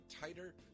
tighter